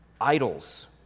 Idols